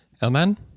Elman